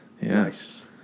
Nice